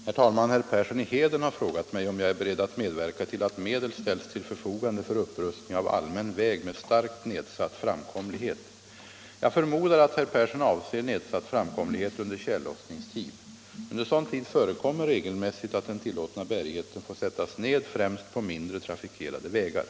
Herr talman! Herr Persson i Heden har frågat mig om jag är beredd att medverka till att medel ställs till förfogande för upprustning av allmän väg med starkt nedsatt framkomlighet. Jag förmodar att herr Persson avser nedsatt framkomlighet under tjällossningstid. Under sådan tid förekommer regelmässigt att den tillåtna bärigheten får sättas ned, främst på mindre trafikerade vägar.